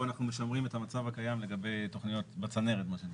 אנחנו משמרים את המצב הקיים לגבי תכניות שבצנרת.